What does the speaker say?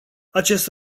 acest